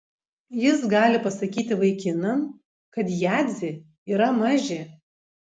jis gali pasakyti vaikinam kad jadzė yra mažė